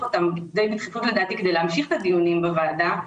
אותם כדי להמשיך את הדיונים בוועדה,